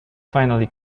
finally